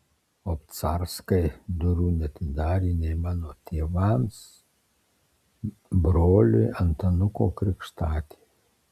obcarskai durų neatidarė nei mano tėvams broliui antanuko krikštatėviui